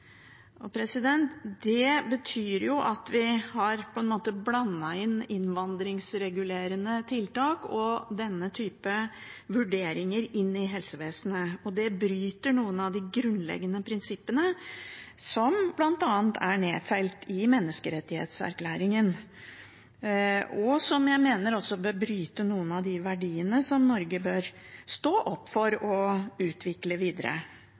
Det betyr at vi har blandet innvandringsregulerende tiltak og denne typen vurderinger inn i helsevesenet. Det bryter med noen av de grunnleggende prinsippene som bl.a. er nedfelt i menneskerettighetserklæringen, og jeg mener det også bryter med noen av de verdiene som Norge bør stå opp for og utvikle videre.